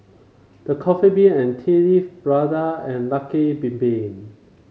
The Coffee Bean and Tea Leaf Prada and Lucky Bin Bin